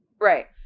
Right